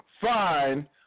fine